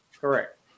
Correct